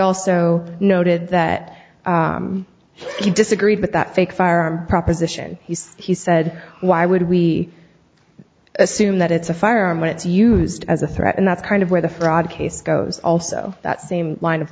also noted that he disagreed with that fake firearm proposition he said he said why would we assume that it's a firearm when it's used as a threat and that's kind of where the fraud case goes also that same line of